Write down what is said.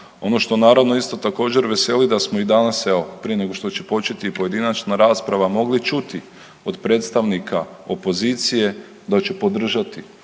Ono što naravno isto također veseli da smo i danas evo prije nego što će početi pojedinačna rasprava mogli čuti od predstavnika opozicije da će podržati